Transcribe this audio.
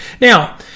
Now